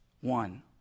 One